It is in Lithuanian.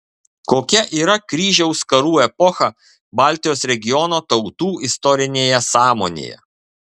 kokia yra kryžiaus karų epocha baltijos regiono tautų istorinėje sąmonėje